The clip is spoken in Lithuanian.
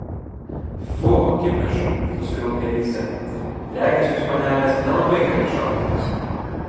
fu akiplėša susiraukė risią regis jūs panelės nelabai gerai išauklėtos